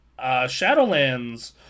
Shadowlands